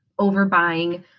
overbuying